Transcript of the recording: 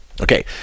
Okay